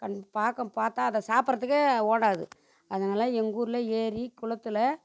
கண் பார்க்க பார்த்தா அதை சாப்பிட்றதுக்கே ஓடாது அதனால் எங்கூரில் ஏரி குளத்தில்